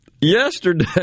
yesterday